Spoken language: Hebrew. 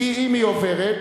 כי אם היא עוברת,